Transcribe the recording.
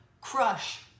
crush